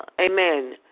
Amen